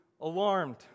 alarmed